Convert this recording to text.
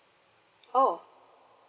oh